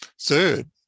Third